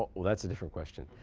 that's a different question.